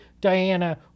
Diana